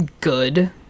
good